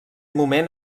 moment